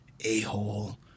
a-hole